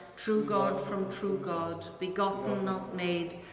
true god from true god, begotten not made,